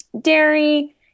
Dairy